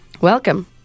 Welcome